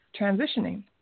transitioning